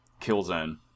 Killzone